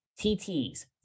TTs